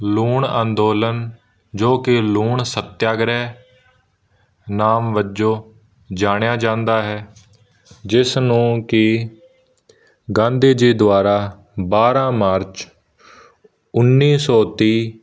ਲੂਣ ਅੰਦੋਲਨ ਜੋ ਕਿ ਲੂਣ ਸੱਤਿਆਗ੍ਰਹਿ ਨਾਮ ਵਜੋਂ ਜਾਣਿਆ ਜਾਂਦਾ ਹੈ ਜਿਸ ਨੂੰ ਕਿ ਗਾਂਧੀ ਜੀ ਦੁਆਰਾ ਬਾਰ੍ਹਾਂ ਮਾਰਚ ਉੱਨੀ ਸੌ ਤੀਹ